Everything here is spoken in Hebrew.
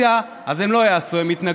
מהאופוזיציה, אז הם לא יעשו, הם יתנגדו.